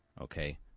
okay